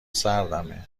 سردمه